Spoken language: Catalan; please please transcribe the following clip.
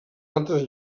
altres